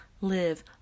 live